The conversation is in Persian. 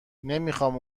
نمیخام